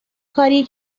کاریه